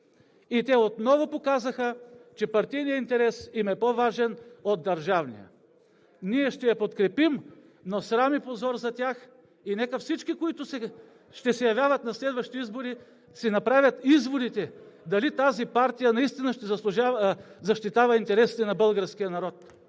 И те отново показаха, че партийният интерес им е по-важен от държавния. Ние ще я подкрепим, но срам и позор за тях. И нека всички, които ще се явяват на следващите избори, си направят изводите дали тази партия наистина ще защитава интересите на българския народ.